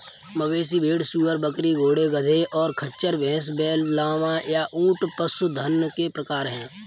मवेशी, भेड़, सूअर, बकरी, घोड़े, गधे, और खच्चर, भैंस, बैल, लामा, या ऊंट पशुधन के प्रकार हैं